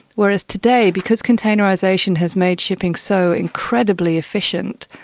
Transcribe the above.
whereas today, because containerisation has made shipping so incredibly efficient,